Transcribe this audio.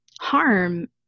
harm